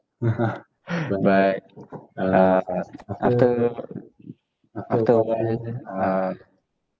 but uh after after a while uh